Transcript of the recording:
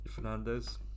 Fernandes